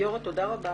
גיורא, תודה רבה.